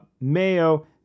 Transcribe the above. mayo